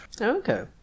Okay